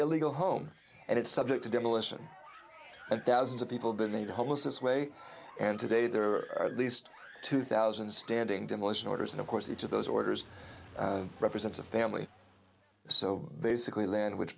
illegal home and it's subject to demolition and thousands of people been made homeless this way and today there are least two thousand standing demolition orders and of course each of those orders represents a family so basically land which